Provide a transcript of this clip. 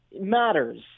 matters